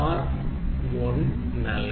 0 നൽകാം